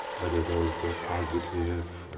whether those are positive,